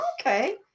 Okay